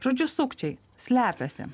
žodžiu sukčiai slepiasi